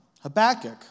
Habakkuk